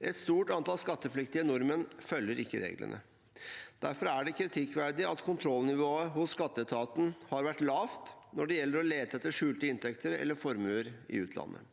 Et stort antall skattepliktige nordmenn følger ikke reglene. Derfor er det kritikkverdig at kontrollnivået hos skatteetaten har vært lavt når det gjelder å lete etter skjulte inntekter eller formuer i utlandet.